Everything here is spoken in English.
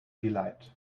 delight